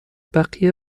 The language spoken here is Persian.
بقیه